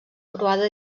croada